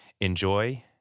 Enjoy